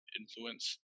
influence